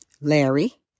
Larry